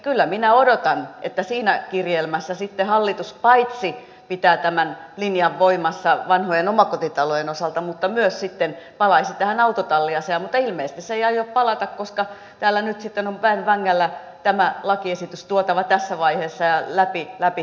kyllä minä odotan että siinä kirjelmässä hallitus paitsi pitää tämän linjan voimassa vanhojen omakotitalojen osalta myös palaisi tähän autotalliasiaan mutta ilmeisesti se ei aio palata koska täällä nyt on väen vängällä tämä lakiesitys tuotava tässä vaiheessa ja läpi saatettava